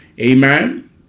amen